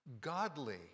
godly